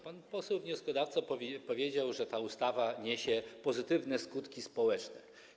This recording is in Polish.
Pan poseł wnioskodawca powiedział, że ta ustawa niesie pozytywne skutki społeczne.